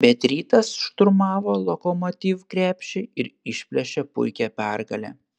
bet rytas šturmavo lokomotiv krepšį ir išplėšė puikią pergalę